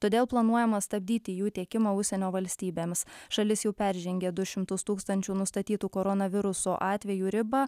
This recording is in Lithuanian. todėl planuojama stabdyti jų tiekimą užsienio valstybėms šalis jau peržengė du šimtus tūkstančių nustatytų koronaviruso atvejų ribą